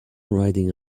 riding